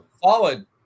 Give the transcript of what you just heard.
solid